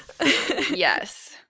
Yes